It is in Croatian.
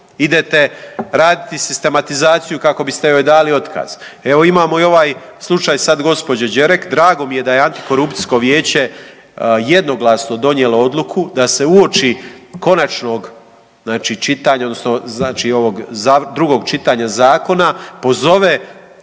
Idete raditi sistematizaciju kako biste joj dali otkaz. Evo imamo i ovaj slučaj sad gospođe Đerek, drago mi je da je antikorupcijsko vijeće jednoglasno donijelo odluku da se uoči konačnog znači čitanja, odnosno znači ovog drugog čitanja zakona pozove